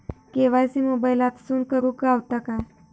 KYC मोबाईलातसून करुक गावता काय?